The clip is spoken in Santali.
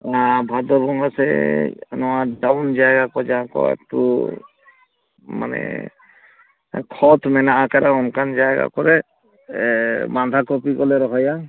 ᱵᱷᱟᱫᱚᱨ ᱵᱚᱸᱜᱟ ᱥᱮᱡ ᱱᱚᱣᱟ ᱰᱟᱣᱩᱱ ᱡᱟᱭᱜᱟ ᱠᱚ ᱡᱟᱦᱟᱸ ᱠᱚ ᱮᱠᱴᱩ ᱢᱟᱱᱮ ᱠᱷᱚᱛ ᱢᱮᱱᱟᱜ ᱟᱠᱟᱫᱟ ᱚᱱᱠᱟᱱ ᱡᱟᱭᱜᱟ ᱠᱚᱨᱮᱫ ᱵᱟᱸᱫᱷᱟ ᱠᱚᱯᱤ ᱠᱚᱞᱮ ᱨᱚᱦᱚᱭᱟ